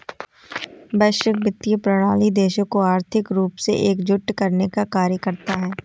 वैश्विक वित्तीय प्रणाली देशों को आर्थिक रूप से एकजुट करने का कार्य करता है